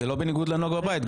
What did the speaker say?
זה לא בניגוד לנוהג בבית.